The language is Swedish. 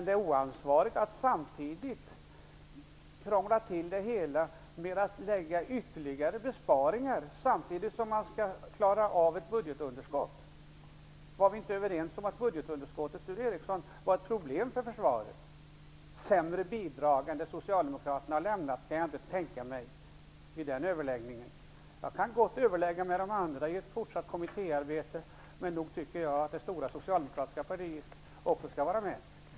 Det är oansvarigt att krångla till det hela, genom att lägga på ytterligare besparingar samtidigt som man skall klara av budgetunderskottet. Var vi inte överens om att budgetunderskottet var ett problem för försvaret, Sture Ericson? Sämre bidrag än det som Socialdemokraterna har lämnat kan jag inte tänka mig. Jag kan gott överlägga med de andra i ett fortsatt kommittéarbete, men jag tycker att det stora socialdemokratiska partiet också skall vara med.